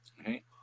Okay